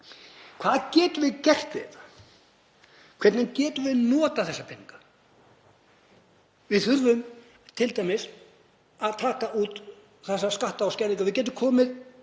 Hvað getum við gert við þetta? Hvernig getum við notað þessa peninga? Við þurfum t.d. að taka út þessa skatta og skerðingar. Við gætum komið